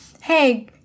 hey